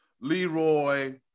Leroy